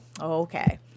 Okay